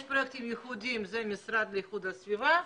יש פרויקטים ייחודיים, שזה המשרד להגנת הסביבה,